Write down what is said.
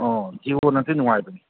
ꯑꯣ ꯖꯤꯑꯣꯅꯗꯤ ꯅꯨꯡꯉꯥꯏꯕꯅꯤ